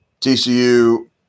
TCU